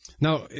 Now